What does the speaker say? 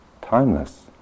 timeless